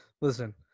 listen